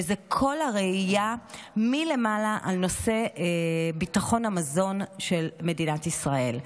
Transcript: וזו כל הראייה מלמעלה על נושא ביטחון המזון של מדינת ישראל: